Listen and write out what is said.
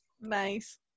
Nice